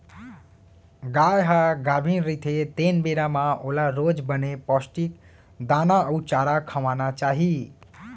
गाय ह गाभिन रहिथे तेन बेरा म ओला रोज बने पोस्टिक दाना अउ चारा खवाना चाही